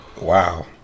Wow